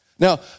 Now